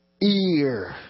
ear